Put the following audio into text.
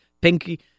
pinky